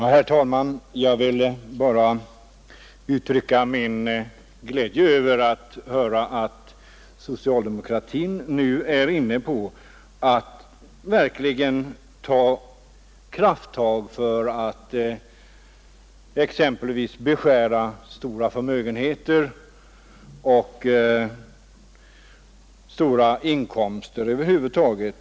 Herr talman! Jag vill uttrycka min glädje över att höra att socialdemokratin nu verkligen vill ta krafttag för att exempelvis beskära stora förmögenheter och stora inkomster över huvud taget.